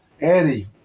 Eddie